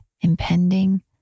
impending